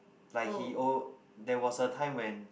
like he al~ there was a time when